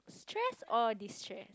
stress or destress